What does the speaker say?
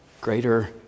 greater